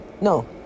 no